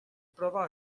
prova